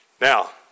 Now